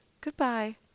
goodbye